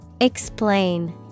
Explain